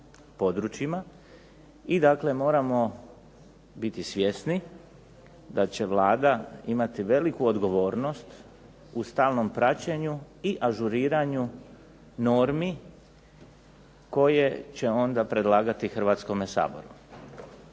i dakle moramo biti svjesni da će Vlada imati veliku odgovornost u stalnom praćenju i ažuriranju normi koje će onda predlagati Hrvatskom saboru.